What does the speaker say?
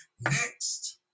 Next